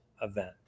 event